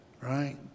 Right